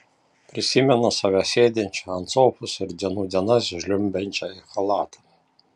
prisimenu save sėdinčią ant sofos ir dienų dienas žliumbiančią į chalatą